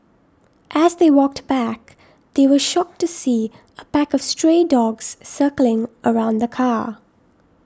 as they walked back they were shocked to see a pack of stray dogs circling around the car